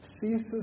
ceases